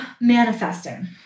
manifesting